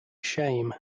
shame